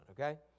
okay